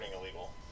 illegal